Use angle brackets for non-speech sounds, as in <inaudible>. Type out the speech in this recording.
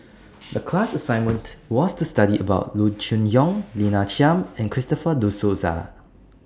The class assignment <noise> was to study about Loo Choon Yong Lina Chiam and Christopher De Souza